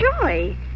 joy